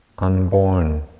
unborn